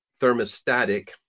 thermostatic